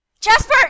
Jasper